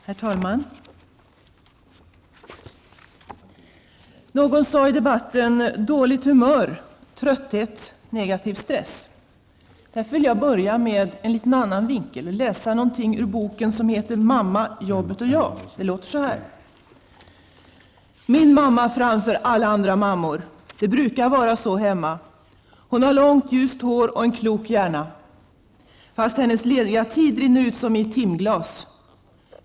Herr talman! Någon nämnde dåligt humör, trötthet och negativ stress i debatten. Därför vill jag börja med en liten annan vinkel och läsa någonting ur boken, Mamma, jobbet och jag: ''Min mamma framför alla andra mammor! Det brukar vara så hemma. Hon har långt ljust hår och en klok hjärna. Fast hennes lediga tid rinner ut som i ett timglas.